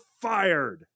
fired